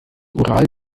ural